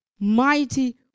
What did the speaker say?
Mighty